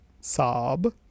Sob